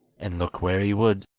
and, look where he would,